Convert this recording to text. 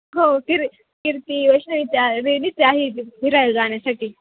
हो किर् किर्ती यश आणि त्या रेडीच आहे फिरायला जाण्यासाठी